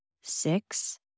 six